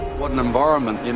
what an environment.